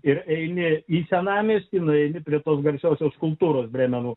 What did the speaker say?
ir eini į senamiestį nueini prie tos garsiosios kultūros brėmeno